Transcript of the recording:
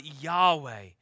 Yahweh